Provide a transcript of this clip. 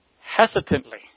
Hesitantly